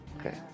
Okay